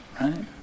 Right